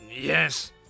yes